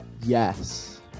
Yes